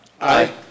Aye